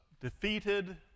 defeated